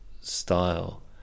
style